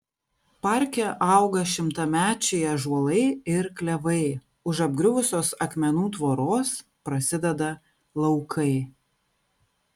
parke auga šimtamečiai ąžuolai ir klevai už apgriuvusios akmenų tvoros prasideda laukai